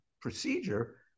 procedure